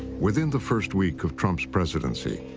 within the first week of trump's presidency,